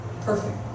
Perfect